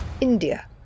India